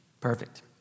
Perfect